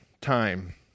time